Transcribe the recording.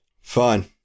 Fine